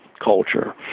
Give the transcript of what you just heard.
culture